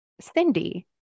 Cindy